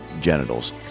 genitals